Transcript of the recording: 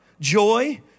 joy